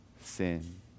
sin